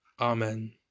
Amen